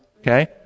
Okay